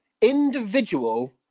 individual